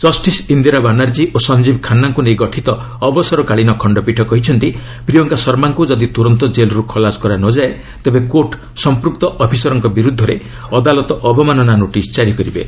justice Indira Banerjee ଓ ସଞ୍ଜୀବ ଖାନ୍ୱାଙ୍କୁ ନେଇ ଗଠିତ ଅବସରକାଳୀନ ଖଣ୍ଡପୀଠ କହିଛନ୍ତି ପ୍ରିୟଙ୍କା ଶର୍ମାଙ୍କୁ ଯଦି ତୁରନ୍ତ ଜେଲ୍ରୁ ଖଲାସ କରାନଯାଏ ତେବେ କୋର୍ଟ ସଂପୃକ୍ତ ଅଫିସରଙ୍କ ବିରୁଦ୍ଧରେ ଅଦାଲତ ଅବମାନନା ନୋଟିସ୍ ଜାରି କରିବେ